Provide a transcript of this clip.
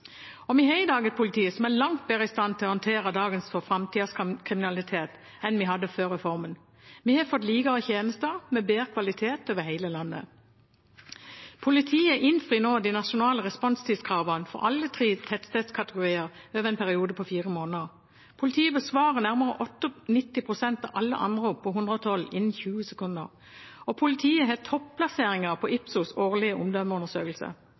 Vi har i dag et politi som er langt bedre i stand til å håndtere dagens og framtidas kriminalitet enn vi hadde før reformen. Vi har fått likere tjenester med bedre kvalitet over hele landet. Politiet innfrir nå de nasjonale responstidskravene for alle tre tettstedskategorier over en periode på fire måneder. Politiet besvarer nærmere 98 pst. av alle anrop på 112 innen 20 sekunder. Og politiet har topplasseringer på Ipsos’ årlige omdømmeundersøkelse.